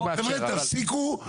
חבר'ה תפסיקו,